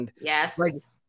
yes